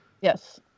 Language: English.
Yes